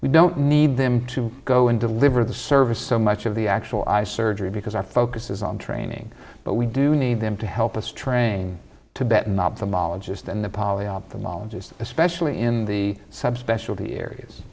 we don't need them to go and deliver the service so much of the actual eye surgery because our focus is on training but we do need them to help us train tibet not them ologist and the poly ophthalmologist especially in the sub specialty areas